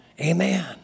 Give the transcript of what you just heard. Amen